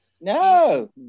no